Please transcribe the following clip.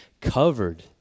covered